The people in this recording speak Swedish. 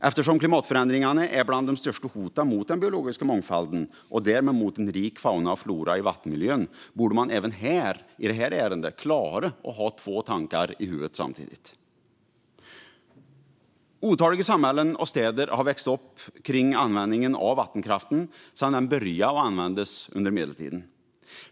Eftersom klimatförändringarna är bland de största hoten mot den biologiska mångfalden och därmed mot en rik fauna och flora i vattenmiljön borde man även i det här ärendet klara av att ha två tankar i huvudet samtidigt. Otaliga samhällen och städer har vuxit upp kring användningen av vattenkraften sedan den började användas under medeltiden.